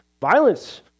violence